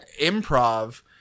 improv